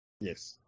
Yes